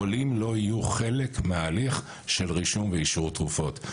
חולים לא יהיו חלק מההליך של רישום ואישור תרופות.